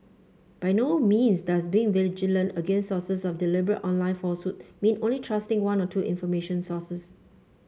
by no means does being vigilant against sources of deliberate online falsehood mean only trusting one or two information sources